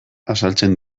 azaltzen